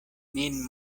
nin